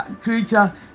creature